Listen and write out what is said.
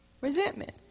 Resentment